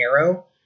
Arrow